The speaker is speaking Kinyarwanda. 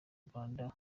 rwanda